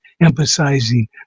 emphasizing